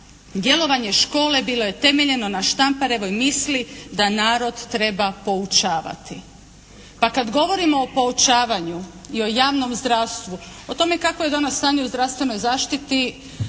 djelovanje škole bilo je temeljeno na Štamparevoj misli da narod treba poučavati. Pa kad govorimo o poučavanju i o javnom zdravstvu, o tome kakvo je danas stanje u zdravstvenoj zaštiti